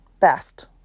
best